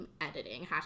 editing